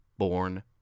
born